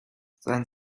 seien